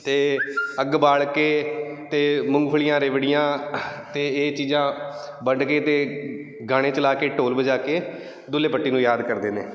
ਅਤੇ ਅੱਗ ਬਾਲ ਕੇ ਅਤੇ ਮੂੰਗਫਲੀਆਂ ਰੇਵੜੀਆਂ ਅਤੇ ਇਹ ਚੀਜ਼ਾਂ ਵੰਡ ਕੇ ਅਤੇ ਗਾਣੇ ਚਲਾ ਕੇ ਢੋਲ ਵਜਾ ਕੇ ਦੁੱਲੇ ਪੱਟੀ ਨੂੰ ਯਾਦ ਕਰਦੇ ਨੇ